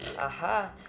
Aha